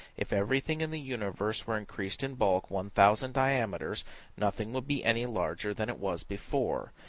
if everything in the universe were increased in bulk one thousand diameters nothing would be any larger than it was before,